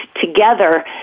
together